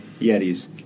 yetis